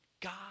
God